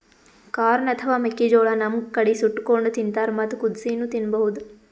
corn ಅಥವಾ ಮೆಕ್ಕಿಜೋಳಾ ನಮ್ ಕಡಿ ಸುಟ್ಟಕೊಂಡ್ ತಿಂತಾರ್ ಮತ್ತ್ ಕುದಸಿನೂ ತಿನ್ಬಹುದ್